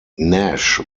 nash